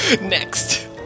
Next